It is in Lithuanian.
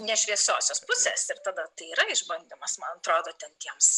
ne šviesiosios pusės ir tada tai yra išbandymas man atrodo ten tiems